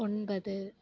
ஒன்பது